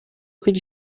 کیلو